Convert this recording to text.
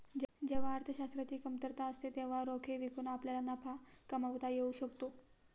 जेव्हा अर्थशास्त्राची कमतरता असते तेव्हा रोखे विकून आपल्याला नफा कमावता येऊ शकतो